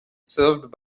served